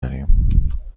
داریم